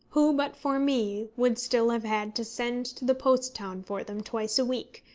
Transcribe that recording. who but for me would still have had to send to the post-town for them twice a week,